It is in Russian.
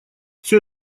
все